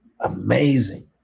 amazing